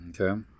Okay